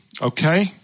Okay